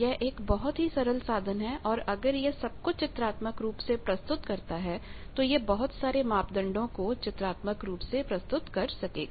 यह एक बहुत ही सरल साधन है और अगर यह सब कुछ चित्रात्मक रुप से प्रस्तुत करता है तो यह बहुत सारे मापदंडों को चित्रात्मक रुप से प्रस्तुत कर सकेगा